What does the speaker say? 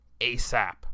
ASAP